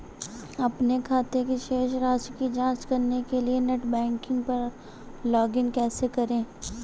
अपने खाते की शेष राशि की जांच करने के लिए नेट बैंकिंग पर लॉगइन कैसे करें?